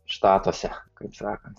štatuose kaip sakant